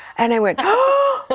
and i went, oh,